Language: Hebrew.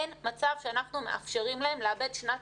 אין מצב שאנחנו מאפשרים להם לאבד שנת